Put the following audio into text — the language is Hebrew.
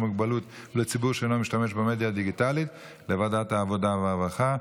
מוגבלות ולציבור שאינו משתמש במדיה הדיגיטלית לוועדת העבודה והרווחה.